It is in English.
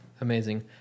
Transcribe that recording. Amazing